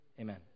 Amen